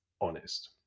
Honest